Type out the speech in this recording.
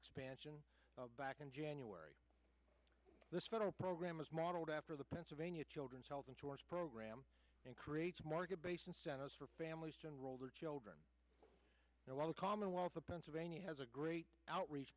expansion back in january this federal program is modeled after the pennsylvania children's health insurance program and creates market based incentives for families general their children and well the commonwealth of pennsylvania has a great outreach